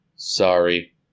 sorry